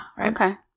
Okay